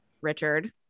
richard